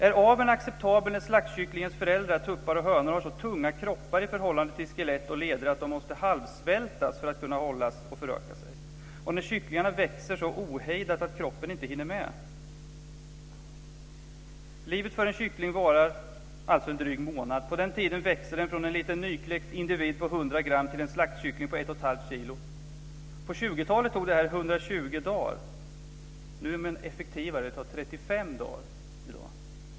Är aveln acceptabel när slaktkycklingens föräldrar, tuppar och hönor, har så tunga kroppar i förhållande till skelett och leder att de måste halvsvältas för att kunna hållas och föröka sig, och när kycklingarna växer så ohejdat att kroppen inte hinner med? Livet för en kyckling varar drygt en månad. På den tiden växer den från en liten nykläckt individ på 100 gram till en slaktkyckling på ett och ett halvt kilo. På 20-talet tog det här 120 dagar. Nu är man effektivare - det tar 35 dagar i dag.